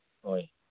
ꯍꯣꯏ